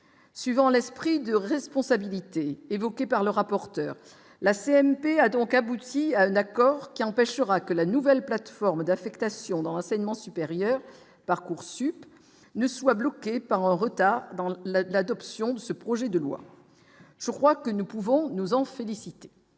suivant l'esprit de responsabilité évoquée par le rapporteur, la CMP a donc abouti à un accord qui empêchera que la nouvelle plateforme d'affectation dans l'enseignement supérieur Parcoursup ne soit bloqué par un retard dans le la l'adoption de ce projet de loi, je crois que nous pouvons nous en féliciter.